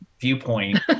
viewpoint